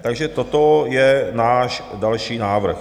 Takže toto je náš další návrh.